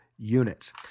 units